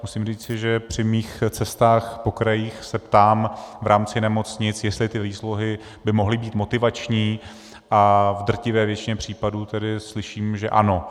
Musím říct, že při svých cestách po krajích se ptám v rámci nemocnic, jestli by ty výsluhy mohly být motivační, a v drtivé většině případů slyším, že ano.